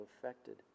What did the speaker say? affected